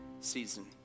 season